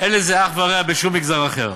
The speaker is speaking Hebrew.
אין לזה אח ורע בשום מגזר אחר,